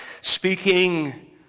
speaking